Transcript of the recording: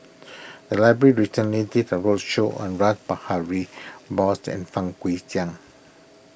the library recently did a roadshow on Rash Behari Bose and Fang Guixiang